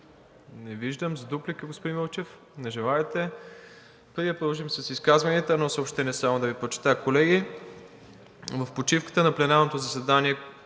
Не виждам. За дуплика, господин Вълчев? Не желаете. Преди да продължим с изказванията, само едно съобщение да Ви прочета, колеги. В почивката на пленарното заседание,